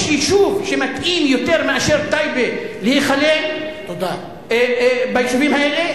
יש יישוב שמתאים יותר מאשר טייבה להיכלל ביישובים האלה?